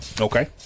Okay